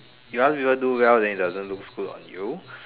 you ask people do well then it doesn't looks good on you